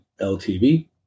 LTV